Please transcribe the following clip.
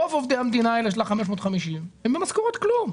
רוב עובדי המדינה האלה של ה-550 הם במשכורות כלום.